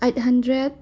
eight hundred